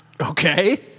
Okay